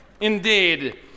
Indeed